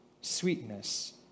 sweetness